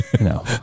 No